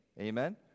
Amen